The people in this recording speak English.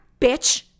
bitch